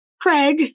Craig